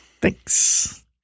Thanks